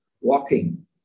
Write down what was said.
walking